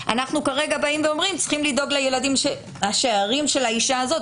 כרגע אנחנו באים ואומרים שצריכים לדאוג לשארים של האישה הזאת,